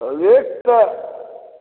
rate तऽ